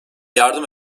yardım